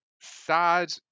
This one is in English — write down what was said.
sad